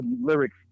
lyrics